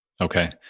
Okay